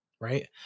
Right